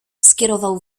skierował